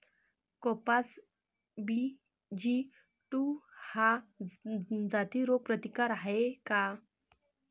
कपास BG two ह्या जाती रोग प्रतिकारक हाये का?